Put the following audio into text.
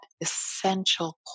essential